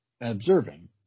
observing